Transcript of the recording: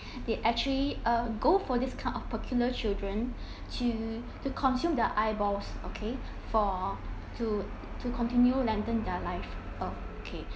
they actually uh go for this kind of peculiar children to to consume the eyeballs okay for to to continue lengthen their life okay